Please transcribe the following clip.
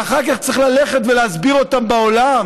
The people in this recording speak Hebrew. שאחר כך צריך ללכת ולהסביר אותן בעולם,